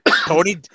Tony